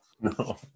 No